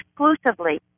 exclusively